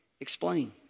explain